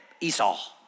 Esau